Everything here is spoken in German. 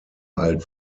alt